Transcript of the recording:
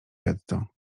getto